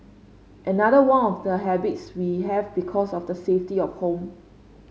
another one of the habits we have because of the safety of home